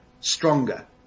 stronger